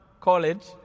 College